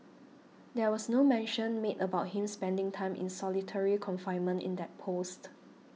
there was no mention made about him spending time in solitary confinement in that post